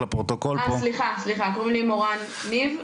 קוראים לי מורן ניב,